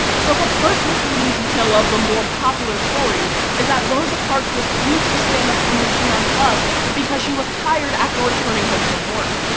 so the first misleading detail of the more popular story is that rosa parks refused to stand up from her seat on the bus because she was tired after returning home from work.